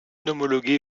homologuée